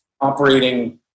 operating